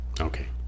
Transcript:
Okay